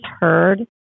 heard